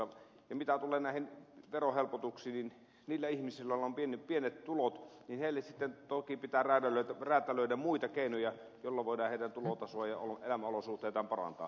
ja mitä tulee näihin verohelpotuksiin niin niille ihmisille joilla on pienet tulot sitten toki pitää räätälöidä muita keinoja joilla voidaan heidän tulotasoaan ja elämän olosuhteitaan parantaa